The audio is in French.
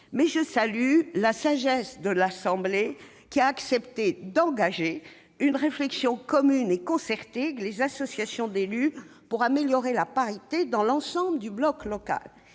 je salue la sagesse de l'Assemblée nationale, qui a accepté d'engager une réflexion commune et concertée avec les associations d'élus pour améliorer la parité dans l'ensemble du bloc local.